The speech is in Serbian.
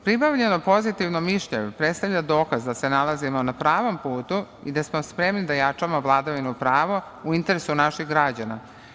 Pribavljeno pozitivno mišljenje predstavlja dokaz da se nalazimo na pravom putu i da smo spremni da jačamo vladavinu prava u interesu naših građana.